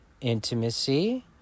intimacy